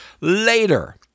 later